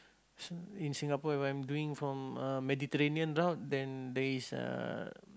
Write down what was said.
S~ in Singapore if I'm doing from uh Mediterranean route then there is a uh